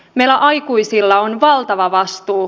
meillä aikuisilla on valtava vastuu